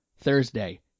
Thursday